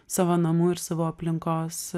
savo namų ir savo aplinkos